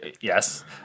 Yes